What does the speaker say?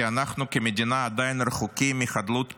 כי אנחנו כמדינה עדיין רחוקים מחדלות פירעון,